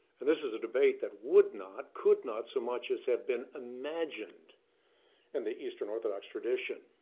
and this is a debate that would not, could not, so much as have been imagined in the eastern orthodox tradition.